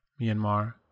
Myanmar